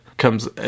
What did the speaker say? comes